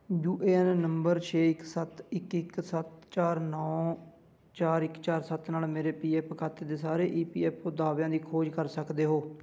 you A N number ਛੇ ਇੱਕ ਸੱਤ ਇੱਕ ਇੱਕ ਸੱਤ ਚਾਰ ਨੌਂ ਚਾਰ ਇੱਕ ਚਾਰ ਸੱਤ ਨਾਲ ਮੇਰੇ ਪੀ ਐੱਫ ਖਾਤੇ ਦੇ ਸਾਰੇ ਈ ਪੀ ਐੱਫ ਓ ਦਾਅਵਿਆਂ ਦੀ ਖੋਜ ਕਰ ਸਕਦੇ ਹੋ